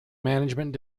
management